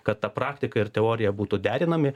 kad ta praktika ir teorija būtų derinami